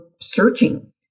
searching